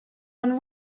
dann